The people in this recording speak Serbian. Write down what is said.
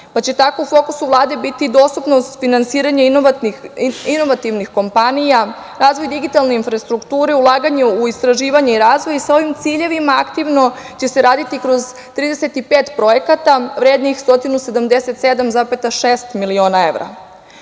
pa će tako u fokusu Vlade biti dostupnost finansiranje inovativnih kompanija, razvoj digitalne infrastrukture, ulaganje u istraživanje i razvoj. Sa ovim ciljevima aktivno će se raditi kroz 35 projekata vrednih 177,6 miliona